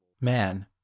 Man